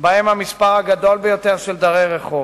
שבהן המספר הגדול ביותר של דרי רחוב,